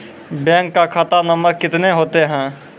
Bank का खाता number कितने होते हैं?